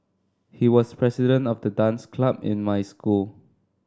he was president of the dance club in my school